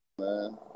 Man